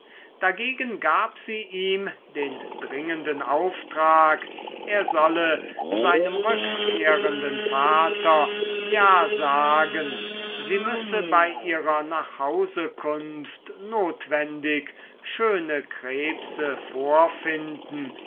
dagegen gab sie ihm den dringenden auftrag er solle seinem rückkehrenden vater ja sagen sie müsse bei ihrer nachhausekunft notwendig schöne krebse vorfinden